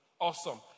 Awesome